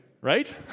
Right